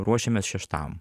ruošiamės šeštam